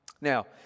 Now